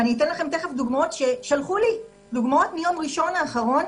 ואני אתן לכם תיכף דוגמאות שלחו לי דוגמאות מיום ראשון האחרון,